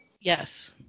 Yes